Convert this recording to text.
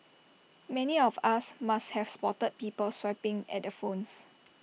many of us must have spotted people swiping at their phones